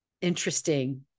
interesting